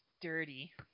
dirty